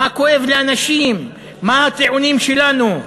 מה כואב לאנשים, מה הטיעונים שלנו?